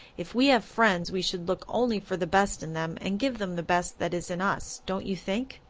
if we have friends we should look only for the best in them and give them the best that is in us, don't you think?